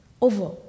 over